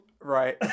right